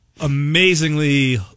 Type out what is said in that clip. amazingly